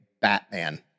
Batman